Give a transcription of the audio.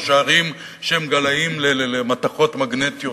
או בשערים שהם גלאים של מתכות מגנטיות.